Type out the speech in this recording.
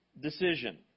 decision